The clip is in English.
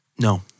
No